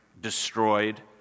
destroyed